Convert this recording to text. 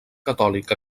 catòlic